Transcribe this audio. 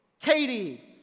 Katie